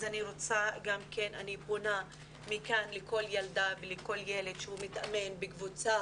אז גם כן אני פונה מכאן לכל ילדה ולכל ילד שמתאמנים בקבוצה